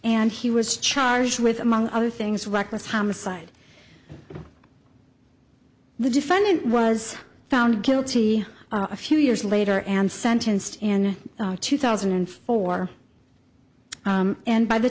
and he was charged with among other things reckless homicide the defendant was found guilty a few years later and sentenced in two thousand and four and by the